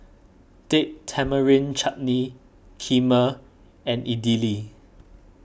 Date Tamarind Chutney Kheema and Idili